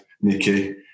Nikki